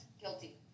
guilty